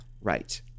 right